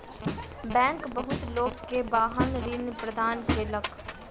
bank बहुत लोक के वाहन ऋण प्रदान केलक